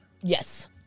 Yes